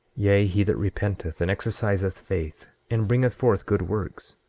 yea, he that repenteth and exerciseth faith, and bringeth forth good works,